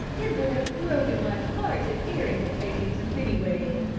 it would have broken my heart if harry had taken to city ways.